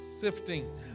sifting